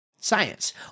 science